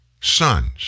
sons